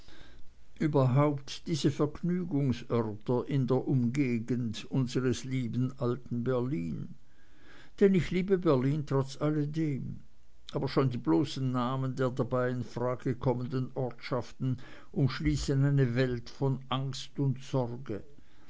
überhaupt diese vergnügungsorte in der umgegend unseres lieben alten berlin denn ich liebe berlin trotz alledem aber schon die bloßen namen der dabei in frage kommenden ortschaften umschließen eine welt von angst und sorge